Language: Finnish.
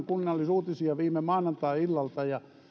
kunnallisuutisia viime maanantai illalta ja